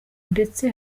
ndetse